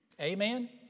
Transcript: Amen